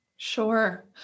Sure